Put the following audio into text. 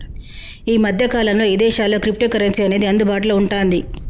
యీ మద్దె కాలంలో ఇదేశాల్లో క్రిప్టోకరెన్సీ అనేది అందుబాటులో వుంటాంది